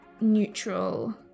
neutral